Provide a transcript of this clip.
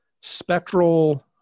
spectral